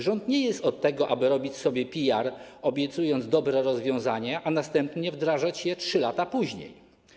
Rząd nie jest od tego, aby robić sobie PR, obiecując dobre rozwiązania, a następnie wdrażać je 3 lata później.